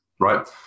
right